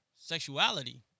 sexuality